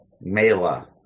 Mela